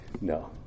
No